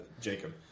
Jacob